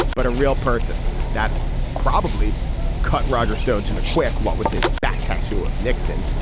but a real person that probably cut roger stone to the quick wall with his back tattoo of nixon.